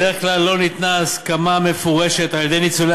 בדרך כלל לא ניתנה הסמכה מפורשת על-ידי ניצולי